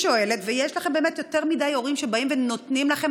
ויש לכם באמת יותר מדי הורים שבאים ונותנים לכם